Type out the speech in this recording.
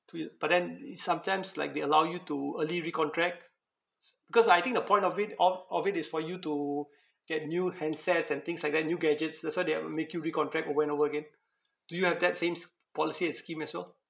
two year but then is sometimes like they allow you to early recontract because I think the point of it o~ of it is for you to get new handsets and things like that new gadgets that's why they uh make you recontract over and over again do you have that sames policies and schemes as well